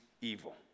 evil